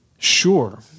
sure